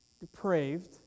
depraved